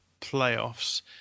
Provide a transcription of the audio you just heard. playoffs